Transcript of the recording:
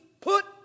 put